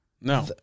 No